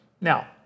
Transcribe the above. Now